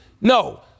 No